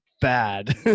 bad